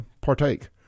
partake